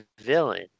villain